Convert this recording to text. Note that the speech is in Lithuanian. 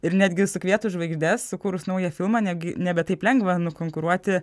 ir netgi sukvietus žvaigždes sukūrus naują filmą netgi nebe taip lengva nukonkuruoti